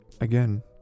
again